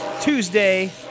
Tuesday